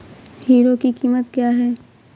Hero की कीमत क्या है?